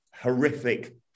horrific